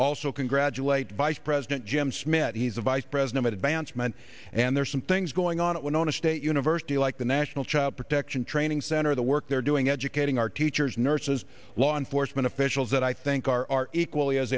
also congratulate by president jim smith he's a vice president at advancement and there are some things going on it went to state university like the national child protection training center the work they're doing educating our teachers nurses law enforcement officials that i think are equally as